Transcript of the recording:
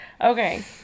Okay